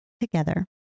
together